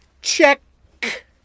Check